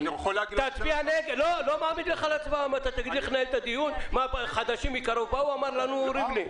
אני גיליתי היום אורך רוח למגדלים,